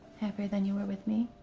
happier than you were with me?